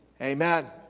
Amen